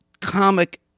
comic